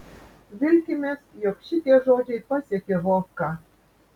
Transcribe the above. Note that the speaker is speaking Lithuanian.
vilkimės jog šitie žodžiai pasiekė vovką